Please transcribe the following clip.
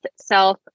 self